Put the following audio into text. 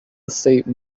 estate